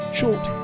short